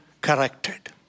corrected